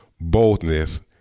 Boldness